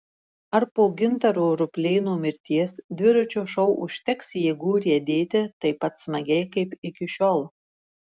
ar po gintaro ruplėno mirties dviračio šou užteks jėgų riedėti taip pat smagiai kaip iki šiol